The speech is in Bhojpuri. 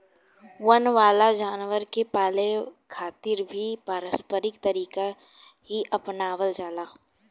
वन वाला जानवर के पाले खातिर भी पारम्परिक तरीका ही आपनावल जाला